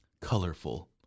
Colorful